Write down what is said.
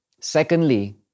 Secondly